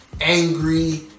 angry